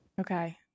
Okay